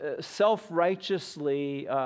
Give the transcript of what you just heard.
self-righteously